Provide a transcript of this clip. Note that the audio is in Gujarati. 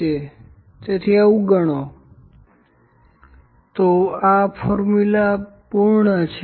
LP¯ 3P¯1 P¯n તેથી આ ફોર્મ્યુલા પૂર્ણ છે